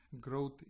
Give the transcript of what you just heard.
growth